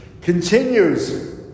Continues